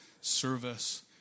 service